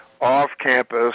off-campus